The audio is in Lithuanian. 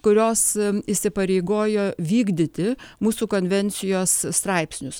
kurios įsipareigojo vykdyti mūsų konvencijos straipsnius